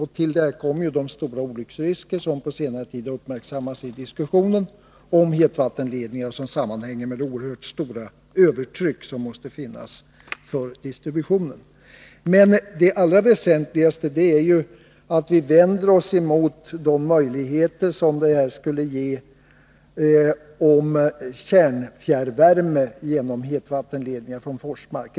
Därtill kommer de stora olycksrisker som under senare tid uppmärksammats i diskussionen om hetvattenledningar och som sammanhänger med det synnerligen stora övertryck som måste finnas för distributionen. Men det allra väsentligaste är att vi vänder oss emot ett alternativ med fjärrvärme från kärnkraftverk.